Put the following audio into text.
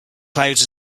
clouds